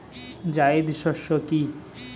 জায়িদ শস্য কি?